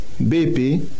BP